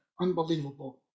unbelievable